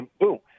boom